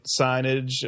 signage